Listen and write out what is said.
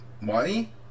money